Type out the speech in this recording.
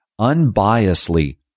unbiasedly